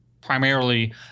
primarily